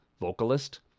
vocalist